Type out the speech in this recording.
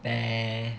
nah